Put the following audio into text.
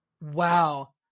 Wow